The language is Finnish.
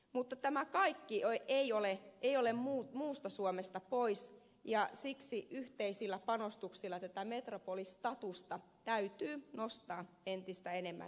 mutta tämä kaikki ei ole muusta suomesta pois ja siksi yhteisillä panostuksilla tätä metropolistatusta täytyy nostaa entistä enemmän näkyviin